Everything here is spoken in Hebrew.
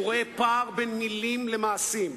הוא רואה פער בין מלים למעשים,